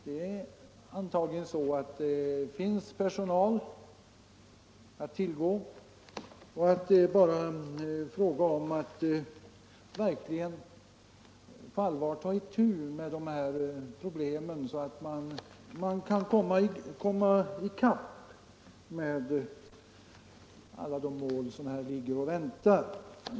Det är antagligen så att det finns tillräckligt med personal och att det bara är en fråga om att verkligen på allvar ta itu med de här problemen, så att man kan komma i kapp med alla de mål som ligger och väntar.